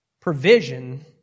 provision